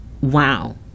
wow